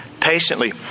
Patiently